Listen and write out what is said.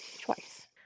Twice